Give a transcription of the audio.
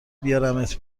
بیارمت